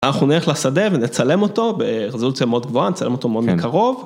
אנחנו נלך לשדה ונצלם אותו ברזולציה מאוד גבוהה, נצלם אותו מאוד מקרוב.